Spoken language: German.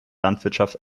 landwirtschaft